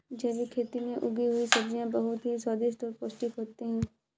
जैविक खेती से उगी हुई सब्जियां बहुत ही स्वादिष्ट और पौष्टिक होते हैं